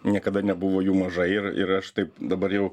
niekada nebuvo jų mažai ir ir aš taip dabar jau